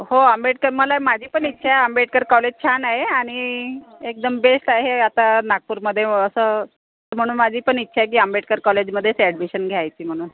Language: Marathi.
हो आंबेडकर मला माझी पण इच्छा आहे आंबेडकर कॉलेज छान आहे आणि एकदम बेस्ट आहे आता नागपूरमध्ये असं म्हणून माझी पण इच्छा आहे की आंबेडकर कॉलेजमध्येच ॲडमिशन घ्यायची म्हणून